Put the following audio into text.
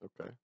Okay